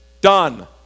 done